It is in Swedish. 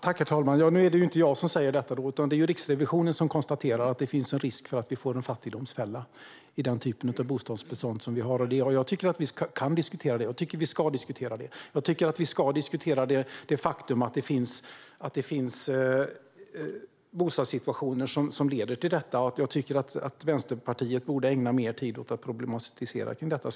Herr talman! Det är inte jag som säger detta, utan det är Riksrevisionen som konstaterar att det finns en risk för att vi får en fattigdomsfälla i den typ av bostadsbestånd vi har. Jag tycker att vi kan och ska diskutera det faktum att det finns bostadssituationer som leder till detta. Vänsterpartiet borde ägna mer tid åt att problematisera kring detta.